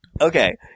Okay